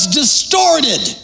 distorted